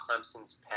Clemson's